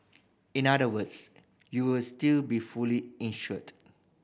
in other words you will still be fully insured